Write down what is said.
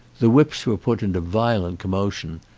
the whips were put into violent commotion.